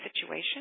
situation